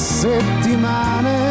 settimane